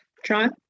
John